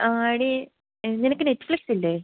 ആ എടീ നിനക്ക് നെറ്റ്ഫ്ലിക്സില്ലേ